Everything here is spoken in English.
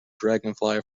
dragonfly